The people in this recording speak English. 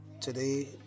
today